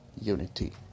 unity